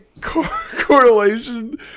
correlation